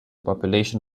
population